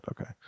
Okay